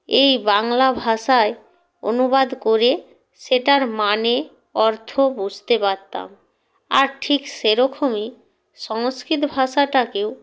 এই বাংলা ভাষায় অনুবাদ করে সেটার মানে অর্থ বুঝতে পারতাম আর ঠিক সেরখমই সংস্কৃত ভাষাটাকেও